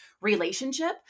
relationship